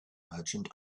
merchant